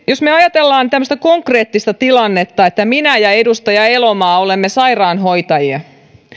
jos me ajattelemme konkreettista tilannetta minä ja edustaja elomaa olemme sairaanhoitajia